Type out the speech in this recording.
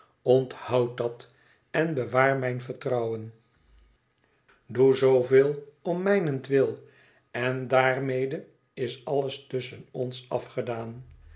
onthoud dat en bewaar mijn vertrouwen doe zooveel om mijnentwil en daarmede is alles tusschen ons afgedaan